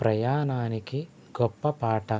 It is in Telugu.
ప్రయాణానికి గొప్ప పాట